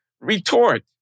retort